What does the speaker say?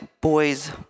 boy's